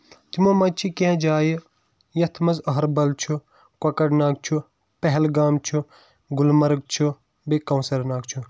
تِمو منٛز چھِ کیٚنٛہہ جایہِ یَتھ منٛز أہربل چھُ کۄکر ناگ پہلگام چھ گُلمرگ چھُ بیٚیہِ کونٛسر ناگ چھُ